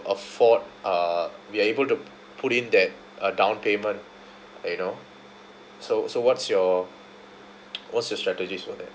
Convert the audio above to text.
afford uh we're able to put in that uh down payment you know so so what's your what's your strategies for that